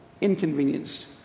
inconvenienced